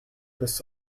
this